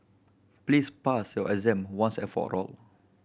please pass your exam once and for all